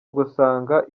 ugasanga